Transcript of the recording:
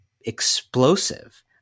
explosive